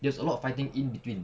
there's a lot of fighting in between